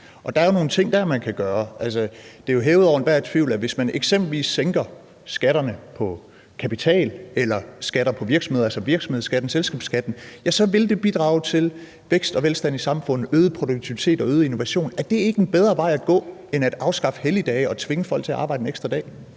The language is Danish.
er jo nogle ting, man kan gøre der. Det er jo hævet over enhver tvivl, at hvis man eksempelvis sænker skatterne på kapital eller sænker virksomhedsskatten, selskabsskatten, så vil det bidrage til vækst og velstand i samfundet samt øge produktiviteten og skabe øget innovation. Er det ikke en bedre vej at gå end at afskaffe helligdage og tvinge folk til at arbejde en ekstra dag?